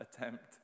attempt